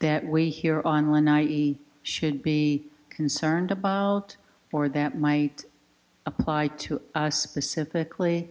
that we hear online i e should be concerned about for that might apply to specifically